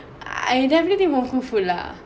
I definitely think more for food lah